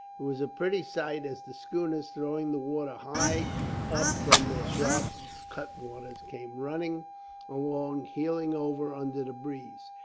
it was a pretty sight as the schooners, throwing the water high up from their sharp cut-waters, came running along, heeling over under the breeze.